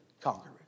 conquerors